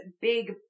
big